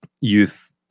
youth